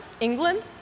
England